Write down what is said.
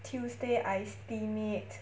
tuesday I steam it